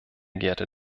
geehrte